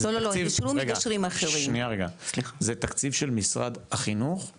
זה תקציב של משרד החינוך,